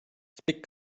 speak